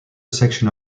section